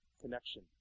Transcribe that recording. connection